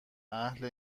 اهل